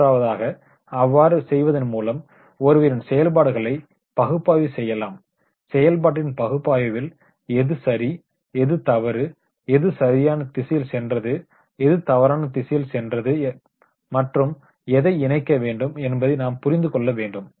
மூன்றாவதாக அவ்வாறு செய்வதன் மூலம் ஒருவரின் செயல்பாடுகளை பகுப்பாய்வு செய்யலாம் செயல்பாட்டின் பகுப்பாய்வில் எது சரி எது தவறு எது சரியான திசையில் சென்றது எது தவறான திசையில் சென்றது மற்றும் எதை இணைக்க வேண்டும் என்பதை நாம் புரிந்து கொள்ள வேண்டும்